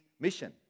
mission